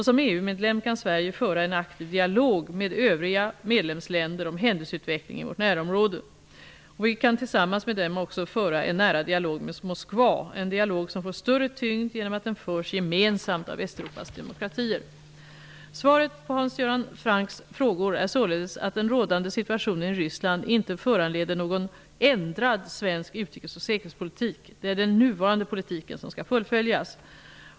Som EU-medlem kan Sverige föra en aktiv dialog med övriga medlemsländer om händelseutvecklingen i vårt närområde. Vi kan tillsammans med dem också föra en nära dialog med Moskva -- en dialog som får större tyngd genom att den förs gemensamt av Västeuropas demokratier. Svaret på Hans Göran Francks frågor är således att den rådande situationen i Ryssland inte föranleder någon ändrad svensk utrikes och säkerhetspolitik. Det är den nuvarande politiken som skall fullföljas.